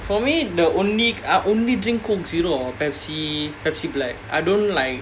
for me the only I only drink Coke zero or Pepsi Pepsi black I don't like